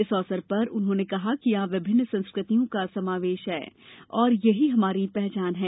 इस अवसर पर उन्होंने कहा कि यहां विभिन्न संस्कृतियों का समावेश है और यही हमारी पहचान है